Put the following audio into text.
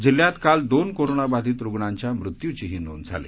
जिल्ह्यात काल दोन कोरोनाबाधित रुग्णांच्या मृत्यूचीही नोंद झाली